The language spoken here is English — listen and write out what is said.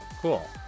cool